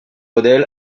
model